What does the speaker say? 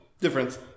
Difference